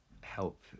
help